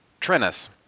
trennis